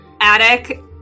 Attic